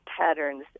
patterns